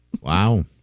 Wow